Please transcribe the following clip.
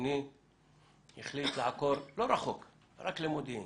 השני החליט לעקור לא רחוק, רק למודיעין.